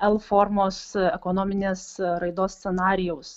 l formos ekonominės raidos scenarijaus